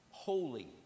holy